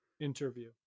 interview